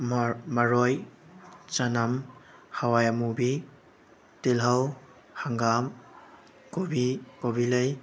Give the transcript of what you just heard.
ꯃꯔꯣꯏ ꯆꯅꯝ ꯍꯋꯥꯏ ꯑꯃꯨꯕꯤ ꯇꯤꯜꯍꯧ ꯍꯪꯒꯥꯝ ꯀꯣꯕꯤ ꯀꯣꯕꯤ ꯂꯩ